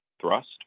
thrust